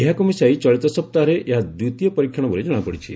ଏହାକୁ ମିଶାଇ ଚଳିତ ସପ୍ତାହରେ ଏହା ଦ୍ୱିତୀୟ ପରୀକ୍ଷଣ ବୋଲି ଜଣାପଡ଼ିଛି